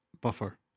buffer